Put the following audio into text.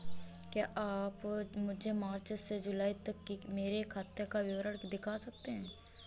क्या आप मुझे मार्च से जूलाई तक की मेरे खाता का विवरण दिखा सकते हैं?